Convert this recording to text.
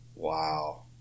Wow